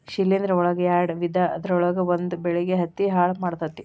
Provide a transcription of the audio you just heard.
ಶಿಲೇಂಧ್ರ ಒಳಗ ಯಾಡ ವಿಧಾ ಅದರೊಳಗ ಒಂದ ಬೆಳಿಗೆ ಹತ್ತಿ ಹಾಳ ಮಾಡತತಿ